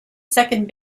second